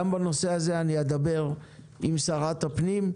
גם בנושא הזה אדבר עם שרת הפנים.